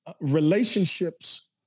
Relationships